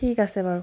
ঠিক আছে বাৰু